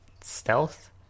stealth